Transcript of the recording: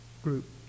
group